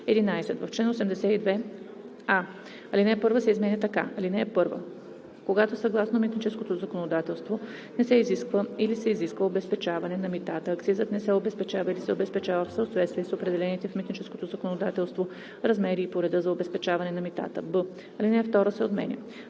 1 се изменя така: „(1) Когато съгласно митническото законодателство не се изисква или се изисква обезпечаване на митата, акцизът не се обезпечава или се обезпечава в съответствие с определените в митническото законодателство размери и по реда за обезпечаване на митата.“ б) Ал. 2